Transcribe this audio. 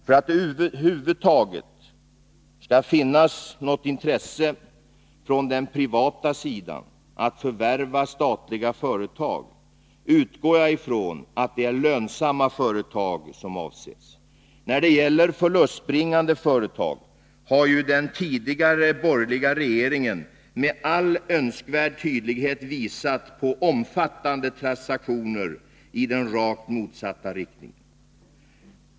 För att det över huvud taget skall finnas något intresse från den privata sidan att förvärva statliga företag utgår jag ifrån att det är lönsamma företag som avses. När det gäller förlustbringande företag har ju den tidigare borgerliga regeringen med all önskvärd tydlighet visat på omfattande transaktioner i den rakt motsatta riktningen.